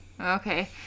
Okay